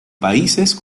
países